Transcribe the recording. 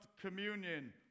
communion